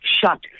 shut